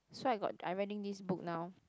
so I got I reading this book now